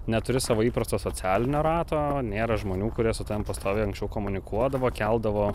neturi savo įprasto socialinio rato nėra žmonių kurie su tavim pastoviai anksčiau komunikuodavo keldavo